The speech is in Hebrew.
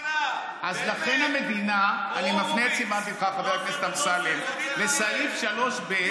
כן מודעת לכך שיש מצבים מסוימים שאפשר להוריד את התמיכה.